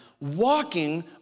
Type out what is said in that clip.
walking